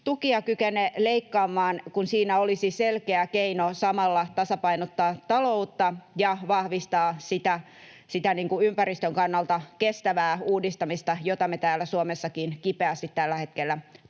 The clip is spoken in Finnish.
tukia kykene leikkaamaan, kun siinä olisi selkeä keino samalla tasapainottaa taloutta ja vahvistaa sitä ympäristön kannalta kestävää uudistamista, jota täällä Suomessakin kipeästi tällä hetkellä tarvitaan.